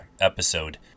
episode